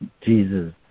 Jesus